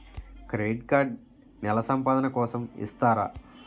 Credit card నెల సంపాదన కోసం ఇస్తారా?